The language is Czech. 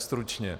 Stručně.